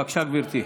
בבקשה, גברתי.